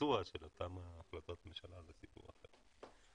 הביצוע של אותן החלטות ממשלה, זה סיפור אחר.